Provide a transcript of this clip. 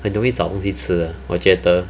很容易找东西吃 ah 我觉得